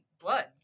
blood